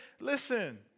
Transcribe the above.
listen